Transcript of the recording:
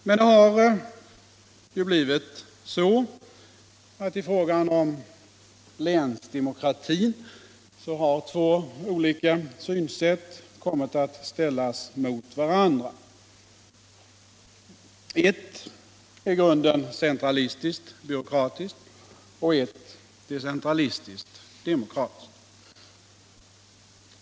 Men nu har i frågan om länsdemokrati två olika synsätt kommit att ställas mot varandra — ett i grunden centralistiskt, byråkratiskt, och ett decentralistiskt, demokratiskt.